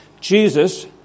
Jesus